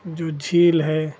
जो झील है